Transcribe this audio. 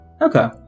Okay